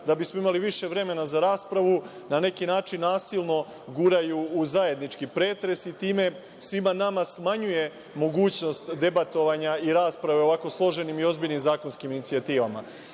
da bismo imali više vremena za raspravu na neki način nasilno guraju u zajednički pretres i time svima nama smanjuje mogućnost debatovanja i rasprave o ovako složenim i ozbiljnim zakonskim inicijativama. Uvažili